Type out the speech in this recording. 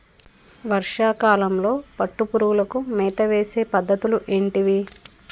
వర్షా కాలంలో పట్టు పురుగులకు మేత వేసే పద్ధతులు ఏంటివి?